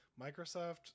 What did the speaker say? Microsoft